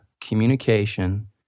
communication